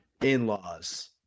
in-laws